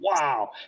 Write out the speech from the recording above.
wow